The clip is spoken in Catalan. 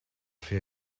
fer